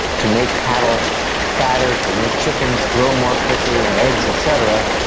to make cattle fatter, to make chickens grow more quickly and eggs et cetera,